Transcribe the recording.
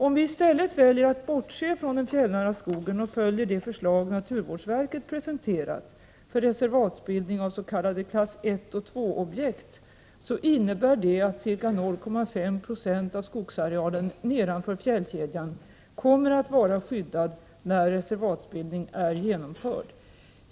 Om vi i stället väljer att bortse från den fjällnära skogen och följer de förslag naturvårdsverket presenterat för reservatsbildning av s.k. klass 1 och 2-objekt så innebär det att ca 0,5 90 av skogsarealen nedanför fjällkedjan kommer att vara skyddad när reservatsbildningen är genomförd.